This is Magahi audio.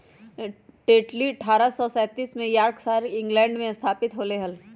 टेटली अठ्ठारह सौ सैंतीस में यॉर्कशायर, इंग्लैंड में स्थापित होलय हल